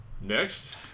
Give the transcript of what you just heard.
Next